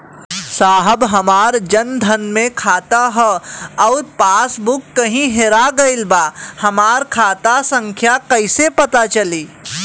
साहब हमार जन धन मे खाता ह अउर पास बुक कहीं हेरा गईल बा हमार खाता संख्या कईसे पता चली?